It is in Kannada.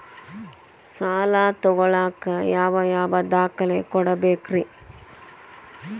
ಸಾಲ ತೊಗೋಳಾಕ್ ಯಾವ ಯಾವ ದಾಖಲೆ ಕೊಡಬೇಕ್ರಿ?